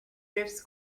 drifts